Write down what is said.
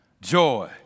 joy